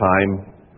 time